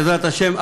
בעזרת השם.